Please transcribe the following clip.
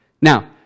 Now